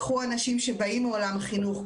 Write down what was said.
קחו אנשים שבאים מעולם החינוך,